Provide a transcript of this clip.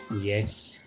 Yes